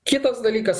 kitas dalykas